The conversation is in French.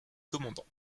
commandant